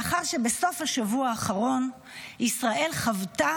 לאחר שבסוף השבוע האחרון ישראל חוותה